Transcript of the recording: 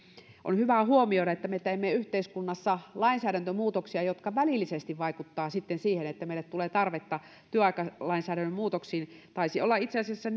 on hyvä huomioida että me teemme yhteiskunnassa lainsäädäntömuutoksia jotka välillisesti vaikuttavat siihen että meille tulee tarvetta työaikalainsäädännön muutoksiin taisi olla itse asiassa